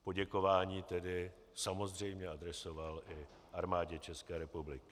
Poděkování tedy samozřejmě adresoval i Armádě České republiky.